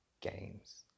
games